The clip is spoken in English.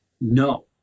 no